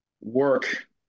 work